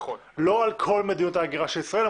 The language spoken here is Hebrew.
לא כל מדיניות ההגירה של ישראל,